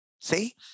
See